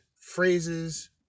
phrases